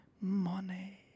money